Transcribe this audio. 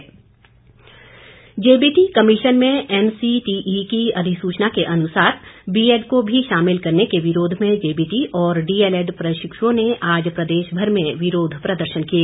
विरोध प्रदर्शन JBT commission में एनसीटीई की अधिसूचना के अनुसार बीएड को भी शामिल करने के विरोध में जेबीटी और डीएलएड प्रशिक्षुओं ने आज प्रदेशभर में विरोध प्रदर्शन किए